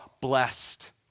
blessed